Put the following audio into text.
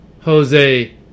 Jose